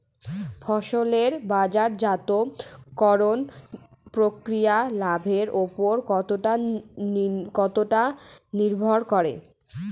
ফসলের বাজারজাত করণ প্রক্রিয়া লাভের উপর কতটা নির্ভর করে?